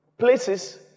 Places